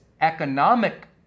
economic